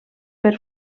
per